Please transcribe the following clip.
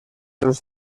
els